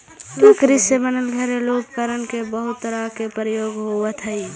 लकड़ी से बनल घरेलू उपकरण के बहुत तरह से प्रयोग होइत हइ